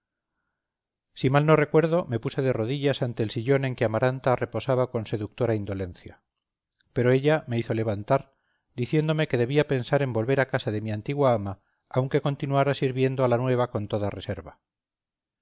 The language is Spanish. si mal no recuerdo me puse de rodillas ante el sillón en que amaranta reposaba con seductora indolencia pero ella me hizo levantar diciéndome que debía pensar en volver a casa de mi antigua ama aunque continuara sirviendo a la nueva con toda reserva